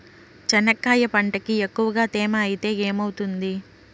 చెనక్కాయ పంటకి ఎక్కువగా తేమ ఐతే ఏమవుతుంది?